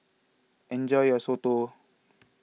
enjoy your Soto